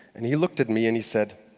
and he looked at me and he said,